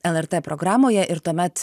lrt programoje ir tuomet